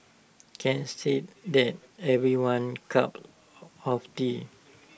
can't say that's everyone's cup of tea